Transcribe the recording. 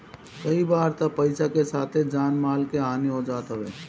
कई बार तअ पईसा के साथे जान माल के हानि हो जात हवे